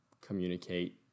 communicate